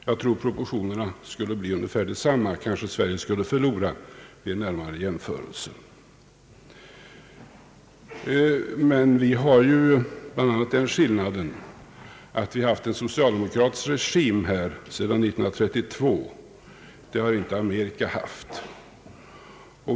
Jag tror att proportionerna skulle bli ungefär desamma, ja, Sverige kanske skulle förlora vid en närmare jämförelse. Men vi har ju bl.a. den skillnaden att vi haft en socialdemokratisk regim sedan 1932. Det har inte Amerika haft.